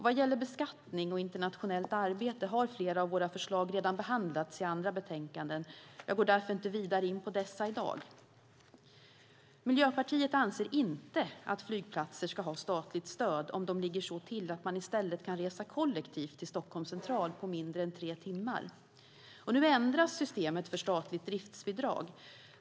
Vad gäller beskattning och internationellt arbete har flera av våra förslag behandlats i andra betänkanden. Jag går därför inte in vidare på dessa i dag. Miljöpartiet anser inte att flygplatser ska ha statligt stöd om de ligger så till att man i stället kan resa kollektivt till Stockholms central på mindre än tre timmar. Nu ändras systemet för statligt driftsbidrag.